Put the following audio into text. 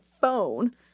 phone